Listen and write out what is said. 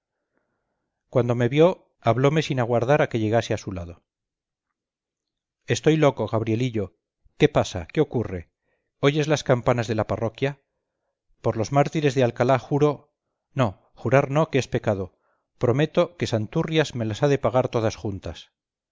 cuando me vio hablome sin aguardar a que llegase a su lado estoy loco gabrielillo qué pasa qué ocurre oyes las campanas de la parroquia por los mártires de alcalá juro no jurar no que es pecado prometo que santurrias me las ha de pagar todas juntas